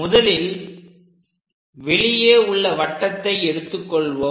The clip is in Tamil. முதலில் வெளியே உள்ள வட்டத்தை எடுத்துக் கொள்வோம்